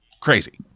crazy